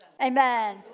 Amen